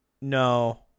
No